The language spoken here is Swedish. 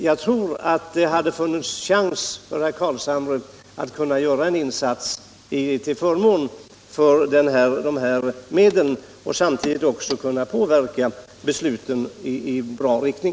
Jag tror därför att det hade funnits en möjlighet för herr Carlshamre att göra en insats till förmån för beviljande av dessa medel samtidigt som han hade kunnat påverka besluten i rätt riktning.